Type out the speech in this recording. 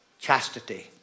Chastity